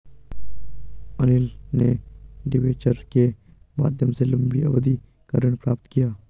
अनिल ने डिबेंचर के माध्यम से लंबी अवधि का ऋण प्राप्त किया